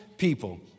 People